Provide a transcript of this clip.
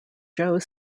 joe